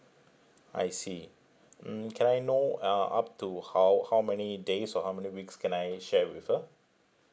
I see mm can I know uh up to how how many days or how many weeks can I share with her